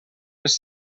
les